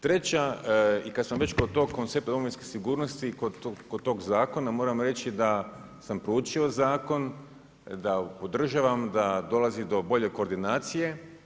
Treća, i kada smo već kod tog koncepta domovinske sigurnosti, kod tog zakona, moram reći da sam proučio zakon, da podržavam, da dolazi do bolje koordinacije.